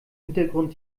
hintergrund